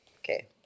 okay